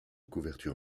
couverture